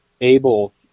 able